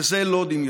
וזה לא דמיון".